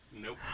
Nope